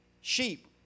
sheep